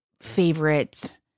favorite